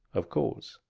of course,